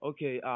Okay